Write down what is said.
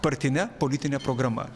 partine politine programa